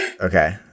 Okay